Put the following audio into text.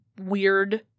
weird